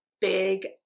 big